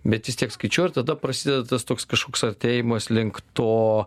bet vis tiek skaičiuoja ir tada prasideda tas toks kažkoks artėjimas link to